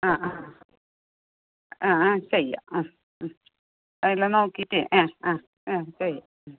ആ ആ ആ ആ ചെയ്യാം ആ ഉം എല്ലാം നോക്കിയിട്ട് ആ ആ ആ ചെയ്യാം